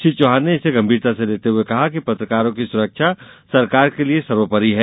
श्री चौहान ने इसे गंभीरता से लेते हुये कहा कि पत्रकारों की सुरक्षा सरकार के लिये सर्वोपरि है